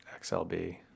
XLB